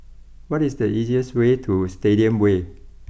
what is the easiest way to Stadium way